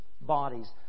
bodies